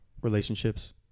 relationships